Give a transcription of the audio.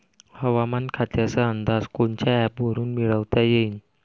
हवामान खात्याचा अंदाज कोनच्या ॲपवरुन मिळवता येईन?